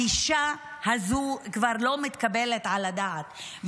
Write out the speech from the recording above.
הגישה הזו כבר לא מתקבלת על הדעת,